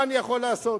מה אני יכול לעשות?